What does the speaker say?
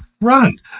Run